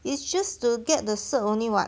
it's just to get the cert only [what]